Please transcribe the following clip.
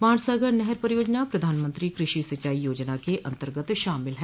वाणसागर नहर परियोजना प्रधानमंत्री कृषि सिंचाई योजना के अन्तर्गत शामिल है